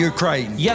Ukraine